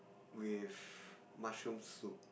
with mushroom soup